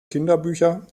kinderbücher